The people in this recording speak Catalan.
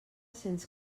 sents